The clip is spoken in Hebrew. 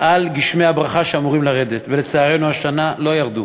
על גשמי הברכה שאמורים לרדת ולצערנו השנה לא ירדו.